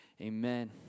Amen